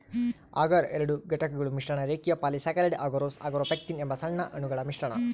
ಅಗರ್ ಎರಡು ಘಟಕಗಳ ಮಿಶ್ರಣ ರೇಖೀಯ ಪಾಲಿಸ್ಯಾಕರೈಡ್ ಅಗರೋಸ್ ಅಗಾರೊಪೆಕ್ಟಿನ್ ಎಂಬ ಸಣ್ಣ ಅಣುಗಳ ಮಿಶ್ರಣ